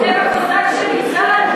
אתם הקוזק שנגזל.